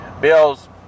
Bills